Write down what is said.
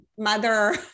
mother